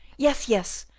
yes, yes,